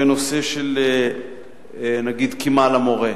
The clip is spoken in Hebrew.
בנושא של קימה למורה,